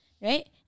Right